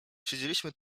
siedzieliśmy